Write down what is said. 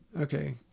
okay